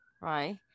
right